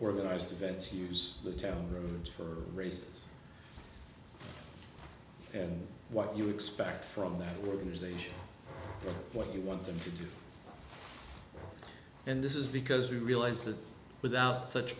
organized events use the town rooms for races and what you expect from that workers age what you want them to do and this is because we realize that without such